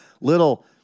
little